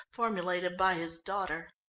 formulated by his daughter.